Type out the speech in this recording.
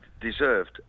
deserved